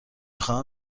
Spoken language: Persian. خواهم